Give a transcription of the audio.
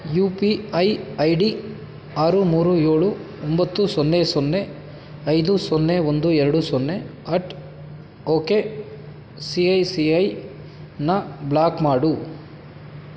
you P I I D ಆರು ಮೂರು ಏಳು ಒಂಬತ್ತು ಸೊನ್ನೆ ಸೊನ್ನೆ ಐದು ಸೊನ್ನೆ ಒಂದು ಎರಡು ಸೊನ್ನೆ at O K C I C ಐನ ಬ್ಲಾಕ್ ಮಾಡು